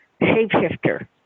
shapeshifter